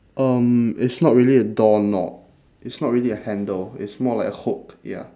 um it's not really a door knob it's not really a handle it's more like a hook ya